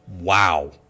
wow